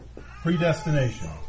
Predestination